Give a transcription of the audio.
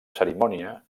cerimònia